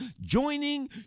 joining